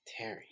Terry